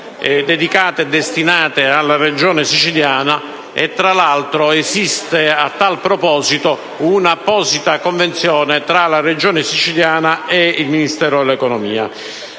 destinati alla Regione Siciliana: tra l’altro esiste a tal proposito un’apposita convenzione tra la Regione Siciliana e il Ministero dell’economia